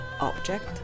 object